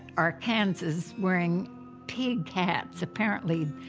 arkansans wearing pig hats. apparently,